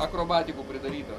akrobatikų pridaryta